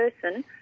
person